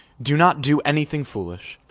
do not do anything foolish.